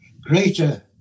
greater